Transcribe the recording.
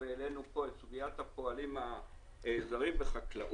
היום העלינו כאן את תביעת הפועלים הזרים בחקלאות